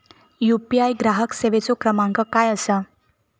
UPI ग्राहक सेवेचो क्रमांक काय असा?